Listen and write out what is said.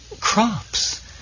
crops